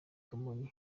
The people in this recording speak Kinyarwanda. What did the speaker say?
kamonyi